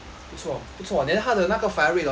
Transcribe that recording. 不错 then 他的那个 firing rate 也是很快